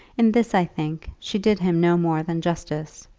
in this, i think, she did him no more than justice,